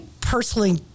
personally